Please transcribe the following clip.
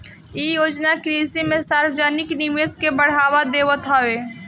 इ योजना कृषि में सार्वजानिक निवेश के बढ़ावा देत हवे